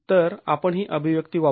तर आपण ही अभिव्यक्ती वापरू